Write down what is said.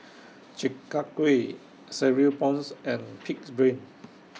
Chi Kak Kuih Cereal Prawns and Pig'S Brain Soup